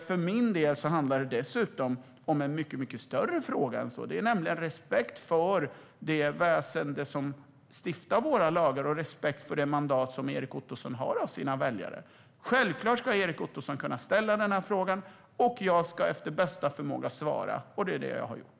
För min del handlar det om en mycket större fråga, nämligen respekten för det väsen som stiftar våra lagar och för det mandat som Erik Ottoson har fått av sina väljare. Självklart ska han kunna ställa denna fråga, och jag ska efter bästa förmåga svara. Det är vad jag har gjort.